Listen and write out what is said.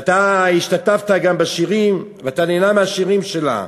ואתה השתתפת גם בשירים, ואתה נהנה מהשירים שלה.